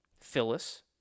Phyllis